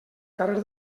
carrer